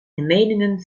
meningen